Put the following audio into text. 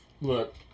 look